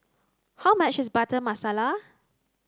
how much is butter masala